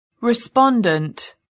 respondent